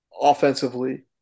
Offensively